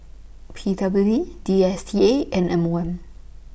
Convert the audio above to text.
P W D D S T A and M one